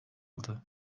aldı